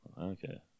okay